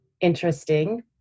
interesting